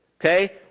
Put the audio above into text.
Okay